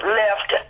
left